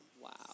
Wow